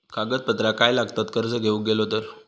कागदपत्रा काय लागतत कर्ज घेऊक गेलो तर?